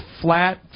flat